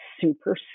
super